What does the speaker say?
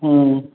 हँ